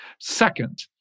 Second